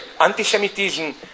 anti-Semitism